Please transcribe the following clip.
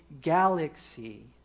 galaxy